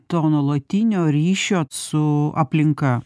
to nuolatinio ryšio su aplinka